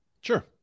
Sure